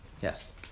Yes